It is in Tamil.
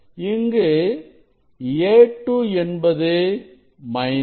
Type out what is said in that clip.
இங்கு A2 என்பது மைனஸ்